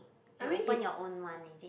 you open your own one is it